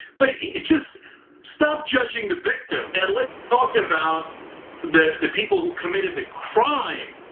but just stop judging the victim and let's talk about the the people who committed the crime,